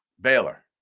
Baylor